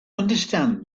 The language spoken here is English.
understand